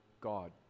God